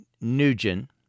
Nugent